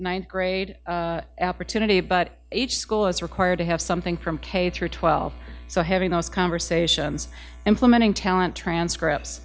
ninth grade after today but each school is required to have something from k through twelve so having those conversations implementing talent transcripts